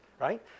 right